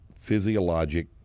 physiologic